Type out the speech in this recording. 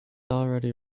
already